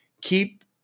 keep